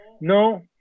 No